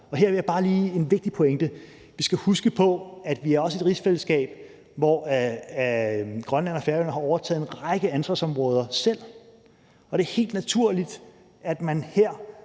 Her vil jeg bare lige komme med en vigtig pointe. Vi skal huske på, at vi også er et rigsfællesskab, hvor Grønland og Færøerne har overtaget en række ansvarsområder selv, og det er helt naturligt, at man her